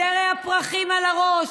זרי הפרחים על הראש,